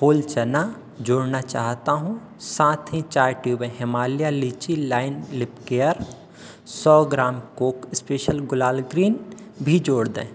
whole chana जोड़ना चाहता हूँ साथ ही चार ट्यूबें Himalaya lychee shine lip care सौ ग्राम कौक स्पेशल गुलाल ग्रीन भी जोड़ें